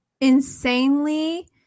insanely